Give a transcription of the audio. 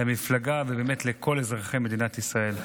למפלגה ובאמת לכל אזרחי מדינת ישראל.